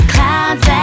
Clouds